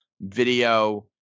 video –